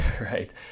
right